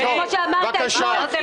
כמו שאמרת אתמול,